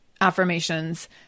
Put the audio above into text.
affirmations